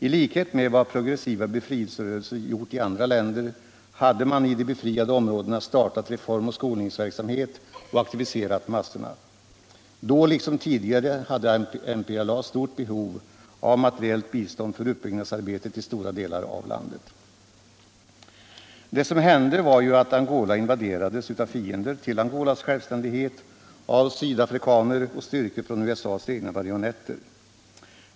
I likhet med vad progressiva befriclserörelser gjort i andra länder hade man i de befriade områdena startat reform och skolningsverksamhet och aktiverat massorna. Då liksom tidigare hade MPLA stort behov av materiellt bistånd för uppbyggnadsarbetet i stora delar av landet. Det som hände var ju att Angola invaderades av fiender till Angolas självständighet, av sydafrikaner och styrkor från USA:s egna marionetter.